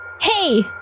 hey